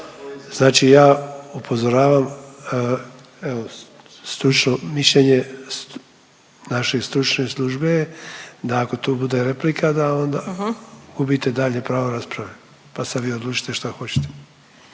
znači ja upozoravam evo stručno mišljenje naše stručne službe da ako tu bude replika da onda gubite dalje pravo rasprave pa se vi odlučite šta hoćete./…